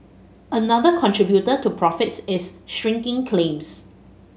another contributor to profits is shrinking claims